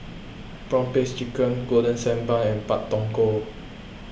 Prawn Paste Chicken Golden Sand Bun and Pak Thong Ko